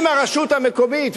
אם הרשות המקומית,